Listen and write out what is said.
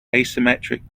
asymmetric